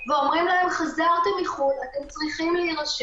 לחמ"ל ייעודי שהוקם במיוחד למטרה